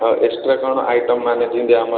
ହଁ ଏକ୍ସଟ୍ରା କ'ଣ ଆଇଟମ୍ ମାନେ ଯେମିତି ଆମର